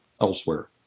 elsewhere